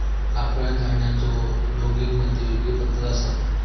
लाकडा जाळण्याचो लोगिग मध्ये वेगळी पद्धत असा